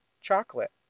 chocolate